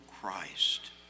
Christ